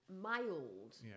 mild